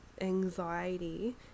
anxiety